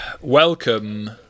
welcome